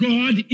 God